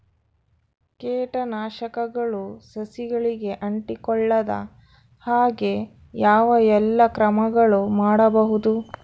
ಕೇಟನಾಶಕಗಳು ಸಸಿಗಳಿಗೆ ಅಂಟಿಕೊಳ್ಳದ ಹಾಗೆ ಯಾವ ಎಲ್ಲಾ ಕ್ರಮಗಳು ಮಾಡಬಹುದು?